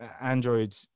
Android